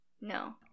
No